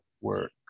work